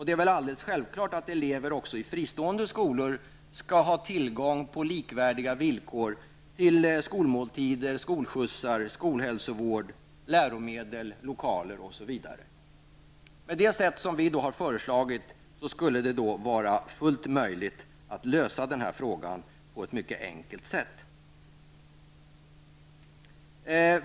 Det är väl alldeles självklart att elever också i fristående skolor skall ha tillgång på likvärdiga villkor till skolmåltider, skolskjutsar, skolhälsovård, läromedel, lokaler osv. Med det vi har föreslagit skulle det vara fullt möjligt att lösa den här frågan på ett mycket enkelt sätt.